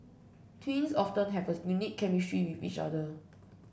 twins often have a unique chemistry with each other